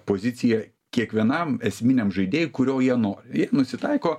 poziciją kiekvienam esminiam žaidėjui kurio jie nori jie nusitaiko